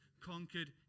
conquered